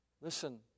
Listen